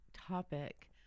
topic